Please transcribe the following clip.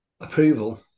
approval